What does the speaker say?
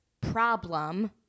problem